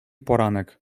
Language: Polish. poranek